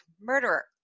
murderer